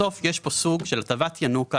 בסוף יש כאן סוג של הטבת ינוקא.